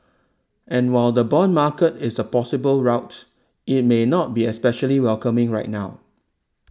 and while the bond market is a possible route it may not be especially welcoming right now